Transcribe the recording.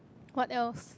what else